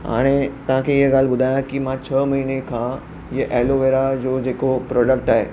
हाणे तव्हांखे हीअ ॻाल्हि ॿुधाया की मां छह महीने खां इहे एलोवेरा जो जेको प्रोडक्ट आहे